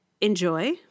enjoy